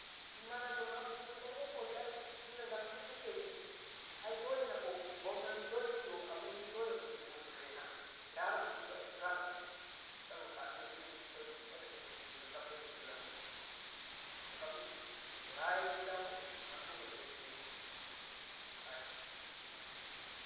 imma na ka tunani abinci Deyi onkoti ai tin da gafito ita ke shim ai dole na ka bouteno ai abinci dole ku tenasaina yo ka saina ka tina dara mokinko ai buƙata kuma sabo ki kaa'a na keshi na intomi kada ka gafto ki dudura bu ka gafi ka raye millanko manko ka kola zoi ki ɗeno kaji ai